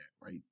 right